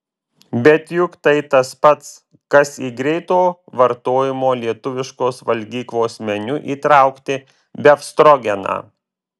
bet juk tai tas pats kas į greito vartojimo lietuviškos valgyklos meniu įtraukti befstrogeną